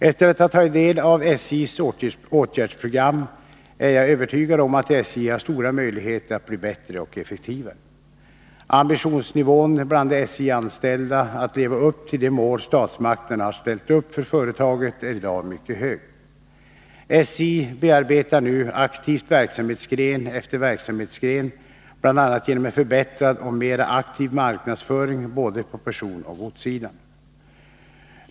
Efter att ha tagit del av SJ:s åtgärdsprogram är jag övertygad om att SJ har stora möjligheter att bli bättre och effektivare. Ambitionsnivån bland de SJ-anställda att leva upp till de mål statsmakterna har ställt upp för företaget är i dag mycket hög. SJ bearbetar nu aktivt verksamhetsgren efter verksamhetsgren, bl.a. genom en förbättrad och mera aktiv marknadsföring på både personoch godssidan.